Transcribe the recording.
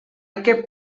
kept